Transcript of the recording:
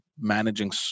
managing